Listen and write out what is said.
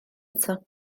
eto